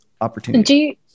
opportunities